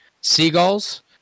seagulls